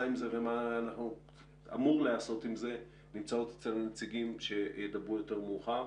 עם זה ומה אמור להיעשות עם זה נמצאות אצל הנציגים שידברו יותר מאוחר.